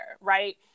right